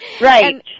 Right